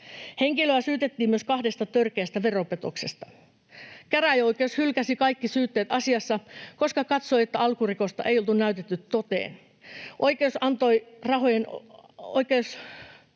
Henkilöä syytettiin myös kahdesta törkeästä veropetoksesta. Käräjäoikeus hylkäsi kaikki syytteet asiassa, koska katsoi, että alkurikosta ei oltu näytetty toteen. Oikeus uskoi rahojen olevan